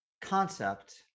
concept